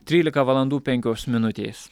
trylika valandų penkios minutės